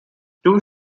two